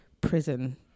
prison